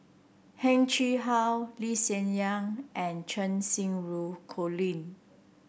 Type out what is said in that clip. Heng Chee How Lee Hsien Yang and Cheng Xinru Colin